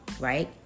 Right